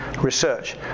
research